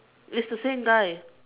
it's the same guy